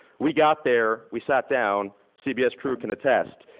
we got there. we sat down, cbs crew can attest.